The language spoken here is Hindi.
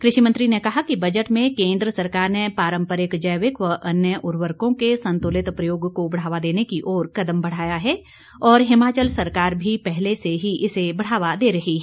कृषि मंत्री ने कहा कि बजट में केन्द्र सरकार ने पारम्परिक जैविक व अन्य उर्वरको के संतुलित प्रयोग को बढ़ावा देने की ओर कदम बढ़ाया है और हिमाचल सरकार भी पहले से ही इसे बढ़ावा दे रही है